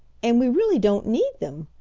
and we really don't need them,